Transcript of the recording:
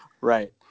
right